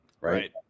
Right